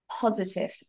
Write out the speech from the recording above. positive